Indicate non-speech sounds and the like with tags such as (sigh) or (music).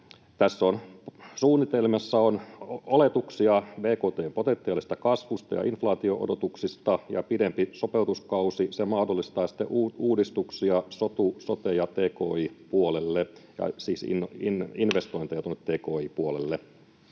että suunnitelmissa on oletuksia bkt:n potentiaalisesta kasvusta ja inflaatio-odotuksista ja pidempi sopeutuskausi mahdollistaa sitten uudistuksia sotu‑, sote- ja tki-puolelle, (noise)